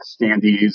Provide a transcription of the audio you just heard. standees